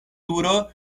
turo